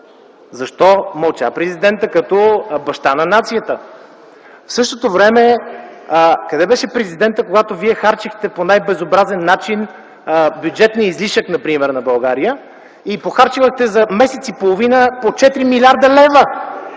Защо мълча президентът като баща на нацията? В същото време къде беше президентът, когато вие харчехте по най-безобразен начин бюджетния излишък, например, на България и похарчвахте за месец и половина по 4 млрд. лв.?